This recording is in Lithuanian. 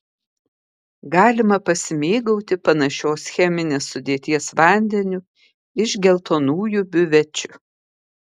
galima pasimėgauti panašios cheminės sudėties vandeniu iš geltonųjų biuvečių